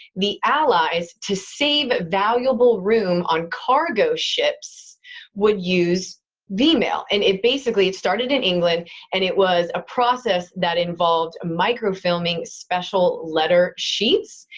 the allies, to save valuable room on cargo ships would use v-mail and it basically started in england and it was a process that involved microfilming special letter sheets.